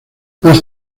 más